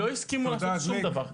לא הסכימו לתת לו שום דבר.